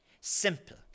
simple